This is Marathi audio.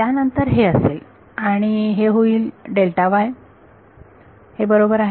त्यानंतर हे असे असेल आणि हे होईल हे बरोबर आहे